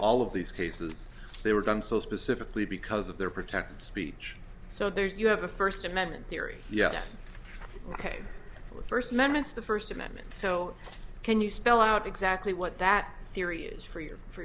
all of these cases they were done so specifically because of their protected speech so there's you have the first amendment theory yes ok the first amendment's the first amendment so can you spell out exactly what that theory is for you for